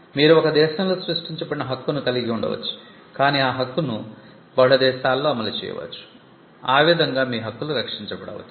మీరు ఒక దేశంలో సృష్టించబడిన హక్కును కలిగి ఉండవచ్చు కాని ఆ హక్కును బహుళ దేశాలలో అమలు చేయవచ్చు ఆ విధంగా మీ హక్కులు రక్షించబడవచ్చు